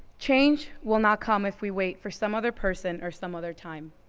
change will not come if we wait for some other person or some other time.